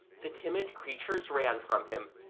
the timid creatures ran from him,